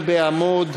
בעד,